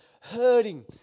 hurting